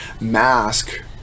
mask